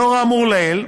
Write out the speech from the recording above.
לאור האמור לעיל,